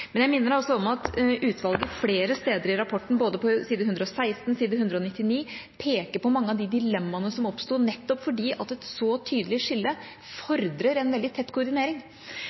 Jeg minner om at utvalget flere steder i rapporten, både på side 116 og på side 199, peker på mange av de dilemmaene som oppsto nettopp fordi et så tydelig skille fordrer en veldig tett koordinering.